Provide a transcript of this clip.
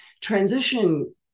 transition